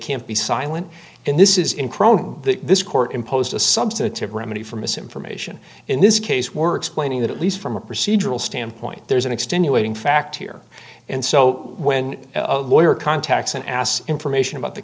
can't be silent and this is in crone this court imposed a substitute remedy for misinformation in this case were explaining that at least from a procedural standpoint there's an extenuating fact here and so when a lawyer contacts an ass information about the